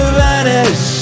vanish